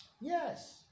Yes